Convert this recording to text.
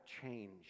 change